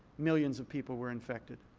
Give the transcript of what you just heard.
millions of people were infected.